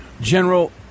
General